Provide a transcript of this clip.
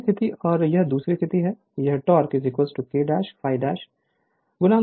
पहली स्थिति और यह दूसरी स्थिति है हम टोक़ K ∅ Ia जानते हैं